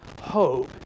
hope